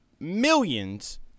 millions